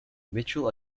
mitchell